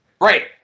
Right